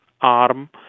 arm